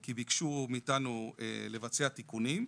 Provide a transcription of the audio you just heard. כי ביקשו מאיתנו לבצע תיקונים,